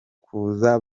kuza